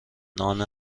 نان